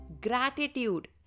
gratitude